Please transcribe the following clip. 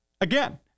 again